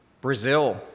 Brazil